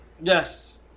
Yes